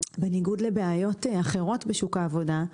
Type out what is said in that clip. בניגוד לבעיות אחרות בשוק העבודה,